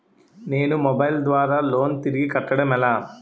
నేను మొబైల్ ద్వారా లోన్ తిరిగి కట్టడం ఎలా?